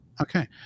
Okay